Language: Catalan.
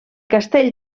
castell